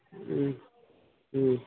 ہوں ہوں